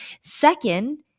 second